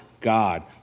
God